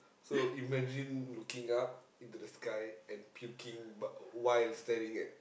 so imagine looking up into the sky and puking but while staring at